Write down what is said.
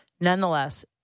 Nonetheless